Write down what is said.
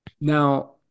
Now